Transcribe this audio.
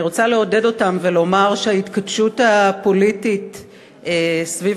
אני רוצה לעודד אותם ולומר שההתכתשות הפוליטית סביב